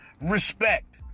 Respect